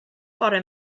bore